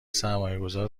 سرمایهگذار